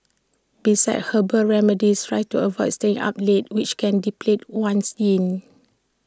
besides herbal remedies try to avoid staying up late which can deplete one's yin